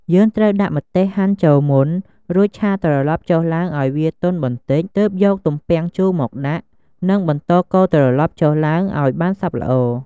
យើងត្រូវដាក់ម្ទេសហាន់ចូលមុន រួចឆាត្រឡប់ចុះឡើងឱ្យវាទន់បន្តិច ទើបយកទំពាំងជូរមកដាក់ និងបន្តកូរត្រឡប់ចុះឡើងឱ្យបានសព្វល្អ។